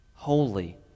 Holy